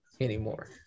anymore